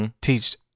teach